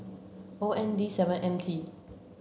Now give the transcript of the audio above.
O N D seven M T